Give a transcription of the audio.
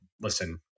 listen